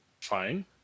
Fine